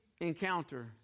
encounter